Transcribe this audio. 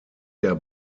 der